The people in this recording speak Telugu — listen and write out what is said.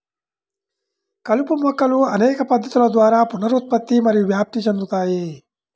కలుపు మొక్కలు అనేక పద్ధతుల ద్వారా పునరుత్పత్తి మరియు వ్యాప్తి చెందుతాయి